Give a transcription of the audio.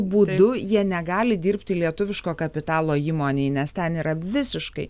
būdu jie negali dirbti lietuviško kapitalo įmonėj nes ten yra visiškai